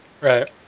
Right